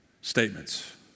statements